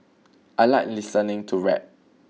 I like listening to rap